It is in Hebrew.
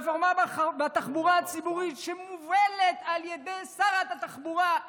רפורמה בתחבורה הציבורית שמובלת על ידי שרת התחבורה,